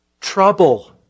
trouble